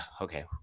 okay